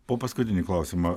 po paskutinį klausimą